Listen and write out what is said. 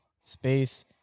space